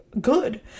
good